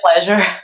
pleasure